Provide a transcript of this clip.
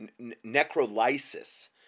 Necrolysis